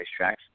racetracks